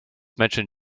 mention